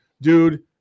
dude